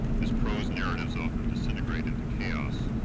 his prose narratives often disintegrate into chaos,